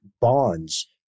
bonds